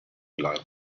lied